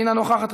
אינה נוכחת,